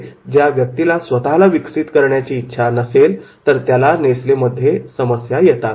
त्यामुळे ज्या व्यक्तीला स्वतःला विकसित करण्याची इच्छा जर नसेल तर त्याला नेसलेमध्ये समस्या येतात